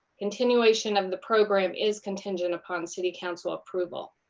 continuation of the program is contingent upon city council approval.